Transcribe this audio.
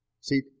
See